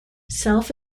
self